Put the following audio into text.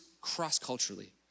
cross-culturally